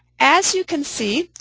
as you can see,